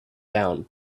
down